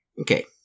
Okay